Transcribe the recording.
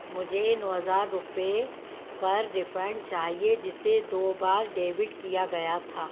मुझे नौ हज़ार रुपये पर रिफ़ंड चाहिए जिसे दो बार डेबिट किया गया था